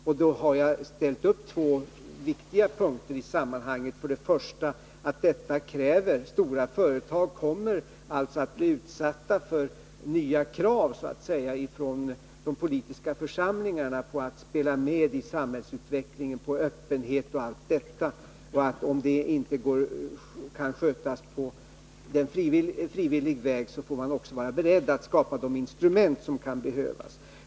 Jag har i sammanhanget ställt upp två viktiga punkter. För det första kommer stora företag att bli utsatta för kravet från de politiska församlingarna att spela med i samhällsutvecklingen, och man kommer att kräva öppenhet och annat. Om inte det kan ske på frivillig väg, så får man vara beredd att skapa de instrument för det som kan behövas.